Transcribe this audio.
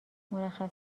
مرخصی